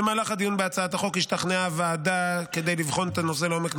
במהלך הדיון בהצעת החוק השתכנעה הוועדה שכדי לבחון את הנושא לעומק,